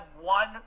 one